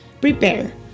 Prepare